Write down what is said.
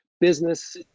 business